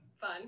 fun